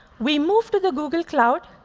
we moved to the google cloud,